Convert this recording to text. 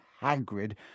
Hagrid